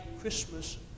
Christmas